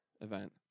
event